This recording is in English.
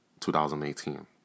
2018